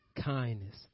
kindness